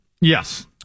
Yes